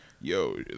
Yo